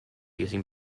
using